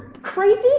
Crazy